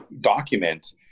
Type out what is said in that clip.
document